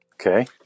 Okay